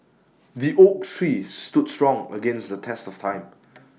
the oak tree stood strong against the test of time